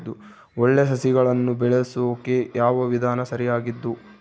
ಒಳ್ಳೆ ಸಸಿಗಳನ್ನು ಬೆಳೆಸೊಕೆ ಯಾವ ವಿಧಾನ ಸರಿಯಾಗಿದ್ದು?